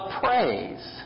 praise